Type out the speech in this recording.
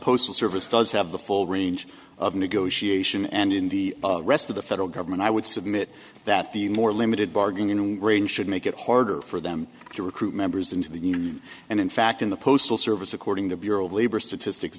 postal service does have the full range of negotiation and in the rest of the federal government i would submit that the more limited bargain and grain should make it harder for them to recruit members into the union and in fact in the postal service according to bureau of labor statistics